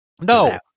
No